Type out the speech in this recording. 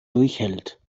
durchhält